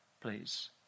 please